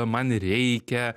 man reikia